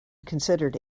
considered